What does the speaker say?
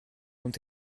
ont